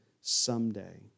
someday